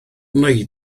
wnei